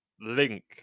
Link